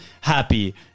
happy